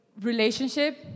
relationship